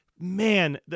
Man